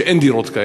שאין דירות כאלה.